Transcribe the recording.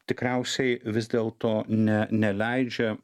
tikriausiai vis dėlto ne neleidžia